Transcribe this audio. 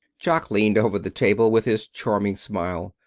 jock leaned over the table, with his charming smile.